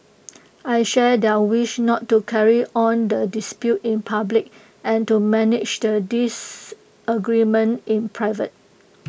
I share their wish not to carry on the dispute in public and to manage the disagreement in private